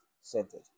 centered